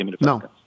No